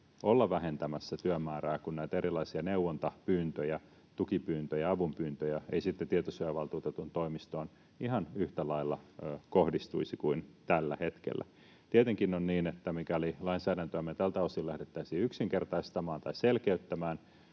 olla vähentämässä työmäärää, kun näitä erilaisia neuvontapyyntöjä, tukipyyntöjä ja avunpyyntöjä ei sitten tietosuojavaltuutetun toimistoon ihan yhtä lailla kohdistuisi kuin tällä hetkellä. Tietenkin on niin, että mikäli lainsäädäntöämme tältä osin lähdettäisiin yksinkertaistamaan tai selkeyttämään,